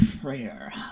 prayer